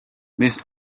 this